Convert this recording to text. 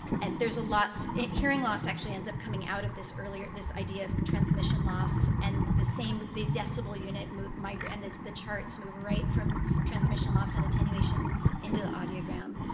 and there's a lot hearing loss actually ends up coming out of this earlier this idea of transmission loss, and the same the decibel unit like and the the charts moved right from transmission loss and attenuation into the audiogram.